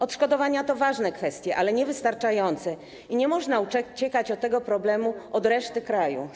Odszkodowania to ważne kwestie, ale niewystarczające i nie można uciekać od tego problemu, jeśli chodzi o resztę kraju.